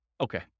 Okay